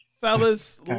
fellas